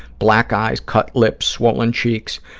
black eyes, cut lips, swollen cheeks.